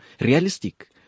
realistic